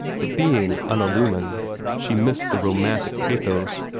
but being unillumined, she missed the romantic pathos.